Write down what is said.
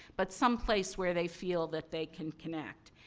but someplace where they feel that they can connect.